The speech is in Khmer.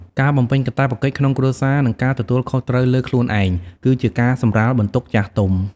ការបំពេញកាតព្វកិច្ចក្នុងគ្រួសារ និងការទទួលខុសត្រូវលើខ្លួនឯង គឺជាការសម្រាលបន្ទុកចាស់ទុំ។